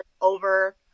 over